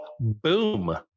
boom